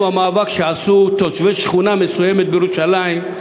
המאבק שעשו תושבי שכונה מסוימת בירושלים,